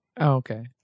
Okay